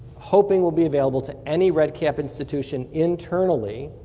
hoping will be available to any red cap institution internally,